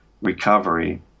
recovery